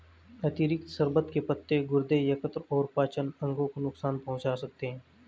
अतिरिक्त शर्बत के पत्ते गुर्दे, यकृत और पाचन अंगों को नुकसान पहुंचा सकते हैं